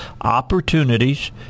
opportunities